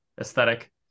aesthetic